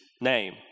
name